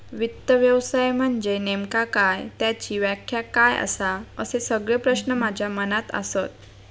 वित्त व्यवसाय म्हनजे नेमका काय? त्याची व्याख्या काय आसा? असे सगळे प्रश्न माझ्या मनात आसत